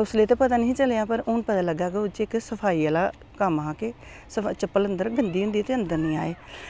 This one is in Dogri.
उसलै ते पता निं हा चलेआ पर हून लग्गेआ कि ओह् सफाई आह्ला कम्म हा के सगुआं चप्पल गिल्ली होंदी ते अंदर निं लेई आवेओ